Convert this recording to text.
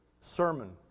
sermon